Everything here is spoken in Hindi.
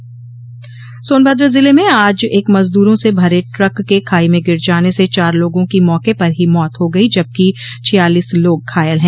सोनभद्र हादसा सोनभद्र जिले में आज एक मजदूरों से भरे ट्रक के खाई में गिर जाने से चार लोगों की मौके पर ही मौत हो गई जबकि छियालीस लोग घायल है